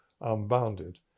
unbounded